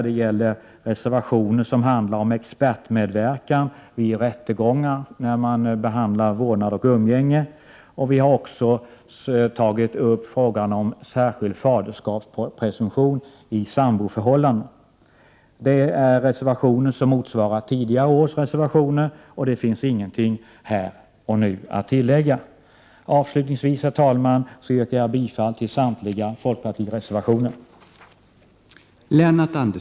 Det finns reservationer som handlar om expertmedverkan vid rättegångar som berör vårdnad och umgänge, och vi har också tagit upp frågan om särskild faderskapspresumtion vid samboförhållanden. Reservationerna motsvarar tidigare års reservationer, och det finns ingenting att tillägga här och nu. Avslutningsvis, herr talman, yrkar jag bifall till samtliga folkpartireservationer.